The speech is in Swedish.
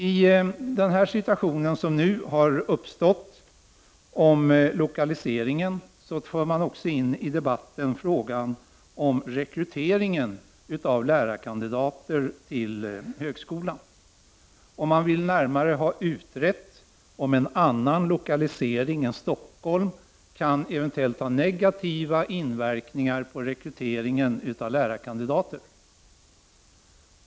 I den situation som nu har uppstått i fråga om lokaliseringen för man också in i debatten frågan om rekryteringen av lärarkandidater till högskolan, och man vill närmare ha utrett om en annan lokalisering än i Stockholm eventuellt kan ha negativ inverkan på rekryteringen av lärarkandidater.